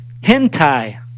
Hentai